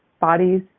bodies